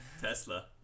Tesla